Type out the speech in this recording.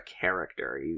character